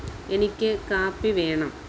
എനിക്ക് കാപ്പി വേണം